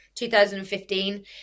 2015